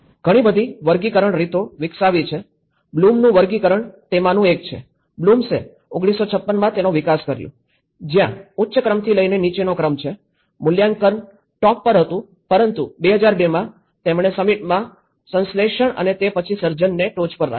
ઘણી બધી વર્ગીકરણ રીતો વિકસાવી છે બ્લૂમનું વર્ગીકરણ તેમાંનું એક છે બ્લૂમ્સે ૧૯૫૬માં તેનો વિકાસ કર્યો જ્યાં ઉચ્ચ ક્રમથી લઈને નીચેનો ક્રમ છે મૂલ્યાંકન ટોચ પર હતું પરંતુ ૨૦૦૨ માં તેમણે સમિટમાં સંશ્લેષણ અને તે પછી સર્જનને ટોચ પર રાખ્યું